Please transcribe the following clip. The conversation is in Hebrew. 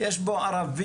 יש בו ערבים,